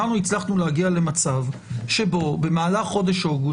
אנחנו הצלחנו להגיע למצב שבו במהלך חודש אוגוסט